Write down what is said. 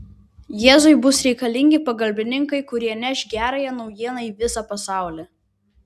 jėzui bus reikalingi pagalbininkai kurie neš gerąją naujieną į visą pasaulį